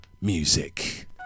music